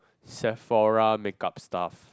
Sephora make up stuff